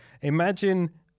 imagine